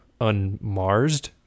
unmarsed